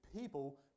people